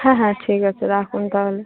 হ্যাঁ হ্যাঁ ঠিক আছে রাখুন তাহলে